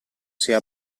sia